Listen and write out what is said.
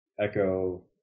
echo